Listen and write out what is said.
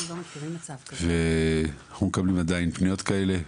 ואנחנו מקבלים עדיין פניות כאלה,